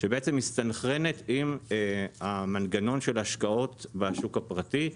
שמסתנכרת עם ההשקעות בשוק הפרטי,